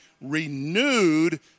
renewed